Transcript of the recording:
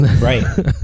Right